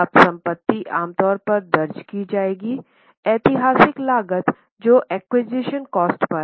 अब संपत्ति आम तौर पर दर्ज की जाएगी ऐतिहासिक लागत जो एक्वीजीशन कॉस्ट पर है